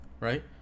right